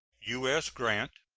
u s. grant.